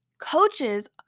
Coaches